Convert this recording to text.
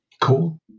Cool